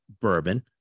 bourbon